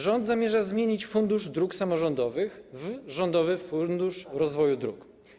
Rząd zamierza zmienić Fundusz Dróg Samorządowych w Rządowy Fundusz Rozwoju Dróg.